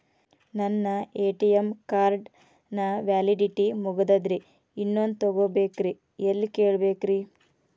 ನನ್ನ ATM card ನ validity ಮುಗದದ್ರಿ ಇನ್ನೊಂದು ತೊಗೊಬೇಕ್ರಿ ಎಲ್ಲಿ ಕೇಳಬೇಕ್ರಿ?